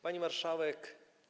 Pani Marszałek!